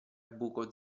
buco